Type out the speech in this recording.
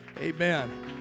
Amen